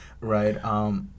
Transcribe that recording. right